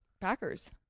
Packers